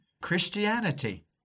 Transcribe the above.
Christianity